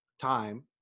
time